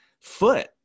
foot